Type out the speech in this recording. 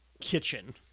kitchen